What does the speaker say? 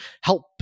help